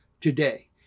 today